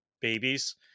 babies